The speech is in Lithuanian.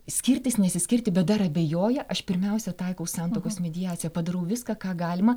skirtis nesiskirti bet dar abejoja aš pirmiausia taikau santuokos mediaciją padarau viską ką galima